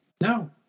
No